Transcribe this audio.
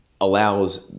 allows